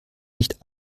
nicht